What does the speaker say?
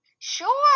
Sure